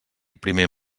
primer